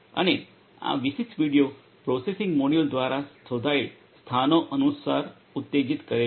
અને આ વિશિષ્ટ વિડિઓ પ્રોસેસિંગ મોડ્યુલ દ્વારા શોધાયેલ સ્થાનો અનુસાર ઉત્તેજિત કરે છે